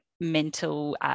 mental